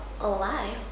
alive